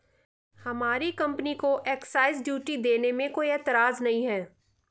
हमारी कंपनी को excise duty देने में कोई एतराज नहीं है